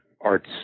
arts